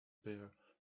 beer